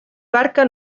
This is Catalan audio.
barca